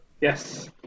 Yes